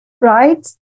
Right